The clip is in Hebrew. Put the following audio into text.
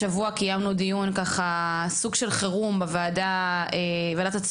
השבוע קיימנו סוג של דיון חירום בוועדת הצעירים,